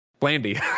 Blandy